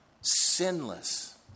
sinless